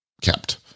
kept